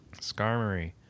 skarmory